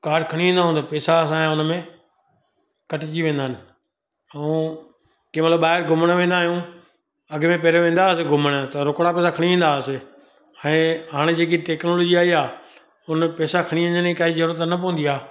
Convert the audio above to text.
card खणी वेंदा आहियूं पैसा असांजा हुनमें कटिजी वेंदा आहिनि ऐं कंहिं महिल ॿाहिरि घुमण वेंदा आहियूं अॻि में पहिरीं वेंदा हुआसीं घुमण त रोकड़ा पैसा खणी वेंदा हुआसीं ऐं हाणे जेकी टेक्नोलॉजी आई आहे हुन पैसा खणी वञण जी काई ज़रूरत न पवंदी आहे